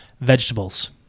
Vegetables